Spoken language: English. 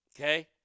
okay